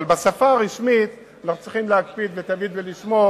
אבל בשפה הרשמית אנחנו צריכים תמיד להקפיד לשמור